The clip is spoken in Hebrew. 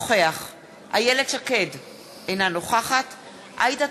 אינו נוכח איילת שקד,